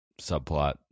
subplot